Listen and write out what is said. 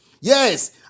Yes